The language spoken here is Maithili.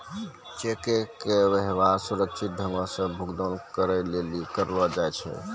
चेको के व्यवहार सुरक्षित ढंगो से भुगतान करै लेली करलो जाय छै